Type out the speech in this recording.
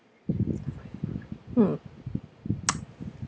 hmm